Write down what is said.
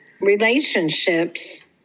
relationships